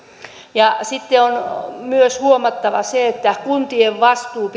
ja sitten on myös huomattava se että vastuu